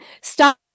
Stop